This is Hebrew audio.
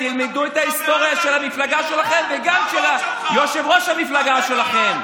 תלמדו את ההיסטוריה של המפלגה שלכם וגם של יושב-ראש המפלגה שלכם.